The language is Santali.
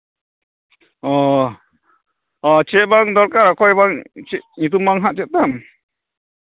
ᱚᱸᱻ ᱚᱸᱻ ᱪᱮᱫ ᱵᱟᱝ ᱫᱚᱨᱠᱟᱨ ᱚᱠᱚᱭ ᱵᱟᱝ ᱪᱮᱫ ᱧᱩᱛᱩᱢ ᱵᱟᱝ ᱦᱟᱸᱜ ᱪᱮᱫ ᱛᱟᱢ